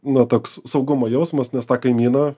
na toks saugumo jausmas nes tą kaimyną